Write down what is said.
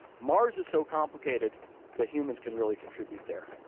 mars is so complicated that humans can really contribute there.